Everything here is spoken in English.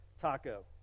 taco